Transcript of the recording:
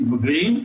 מתבגרים.